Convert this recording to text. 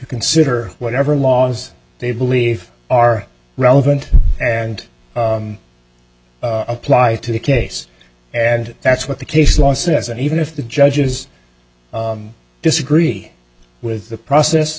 consider whatever laws they believe are relevant and apply to the case and that's what the case law says and even if the judges disagree with the process